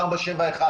471,